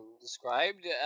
described